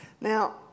Now